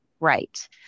right